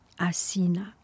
Asina